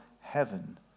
heaven